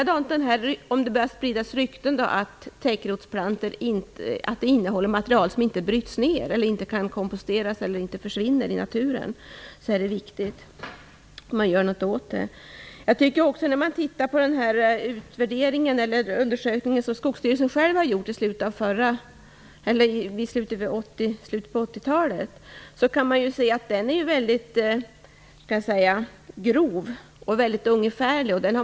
Det kan ju också spridas rykten om att täckrotsplantor innehåller material som inte bryts ner, som inte kan komposteras och som alltså inte försvinner i naturen. Det är också mot den bakgrunden viktigt att göra något här. Den undersökning som Skogsstyrelsen själv gjorde i slutet av 80-talet är väldigt grov och ungefärlig.